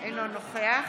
אינו נוכח